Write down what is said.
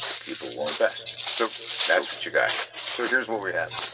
people will invest. so that's what you got here so here's what we have,